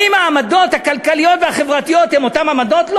האם העמדות הכלכליות והחברתיות הן אותן עמדות?